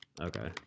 okay